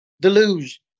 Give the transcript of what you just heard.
deluge